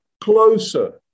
closer